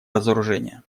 разоружения